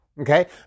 Okay